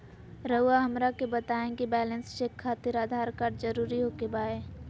रउआ हमरा के बताए कि बैलेंस चेक खातिर आधार कार्ड जरूर ओके बाय?